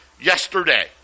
yesterday